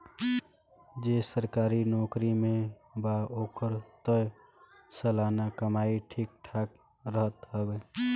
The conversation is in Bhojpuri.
जे सरकारी नोकरी में बा ओकर तअ सलाना कमाई ठीक ठाक रहत हवे